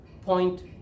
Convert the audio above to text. point